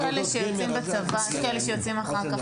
יש כאלה שיוצאים בצבא ויש כאלה שיוצאים אחר כך,